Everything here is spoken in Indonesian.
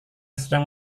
sedang